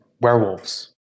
werewolves